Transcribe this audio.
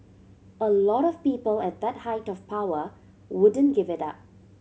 a lot of people at that height of power wouldn't give it up